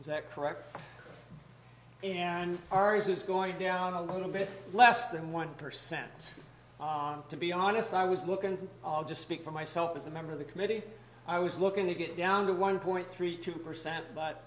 is that correct and ours is going down a little bit less than one percent to be honest i was looking to just speak for myself as a member of the committee i was looking to get down to one point three two percent but